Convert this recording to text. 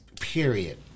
Period